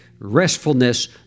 restfulness